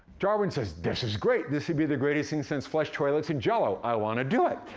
darwin says, this is great! this would be the greatest thing since flush toilets and jello i wanna do it.